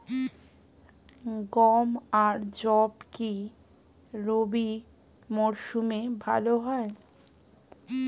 গম আর যব কি রবি মরশুমে ভালো হয়?